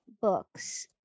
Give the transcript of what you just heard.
books